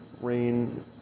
rain